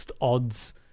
odds